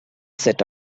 set